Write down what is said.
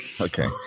okay